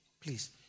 Please